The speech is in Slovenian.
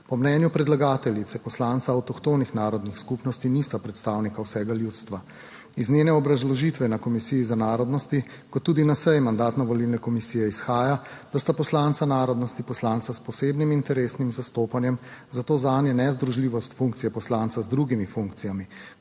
Po mnenju predlagateljice poslanca avtohtonih narodnih skupnosti nista predstavnika vsega ljudstva. Iz njene obrazložitve tako na Komisiji za narodnosti kot tudi na seji Mandatno-volilne komisije izhaja, da sta poslanca narodnosti poslanca s posebnim interesnim zastopanjem, zato zanje nezdružljivost funkcije poslanca z drugimi funkcijami,